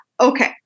Okay